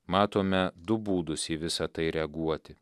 matome du būdus į visa tai reaguoti